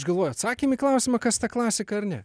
aš galvoju atsakėm į klausimą kas ta klasika ar ne